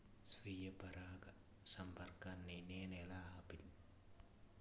స్వీయ పరాగసంపర్కాన్ని నేను ఎలా ఆపిల్?